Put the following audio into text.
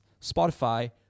Spotify